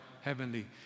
heavenly